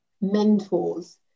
mentors